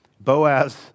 Boaz